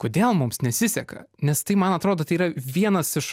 kodėl mums nesiseka nes tai man atrodo tai yra vienas iš